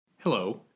Hello